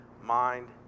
mind